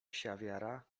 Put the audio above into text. psiawiara